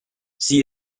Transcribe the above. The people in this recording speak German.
sie